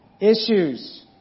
issues